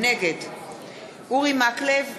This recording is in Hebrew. נגד אורי מקלב,